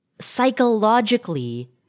psychologically